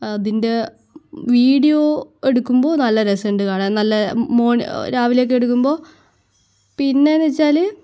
അതിൻ്റെ വീഡിയോ എടുക്കുമ്പോൾ നല്ല രസമുണ്ട് കാണാൻ നല്ല മോൺ രാവിലെ ഒക്കെ എടുക്കുമ്പോൾ പിന്നേന്ന് വെച്ചാൽ